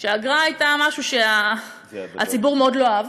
והאגרה הייתה משהו שהציבור מאוד לא אהב.